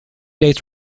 dates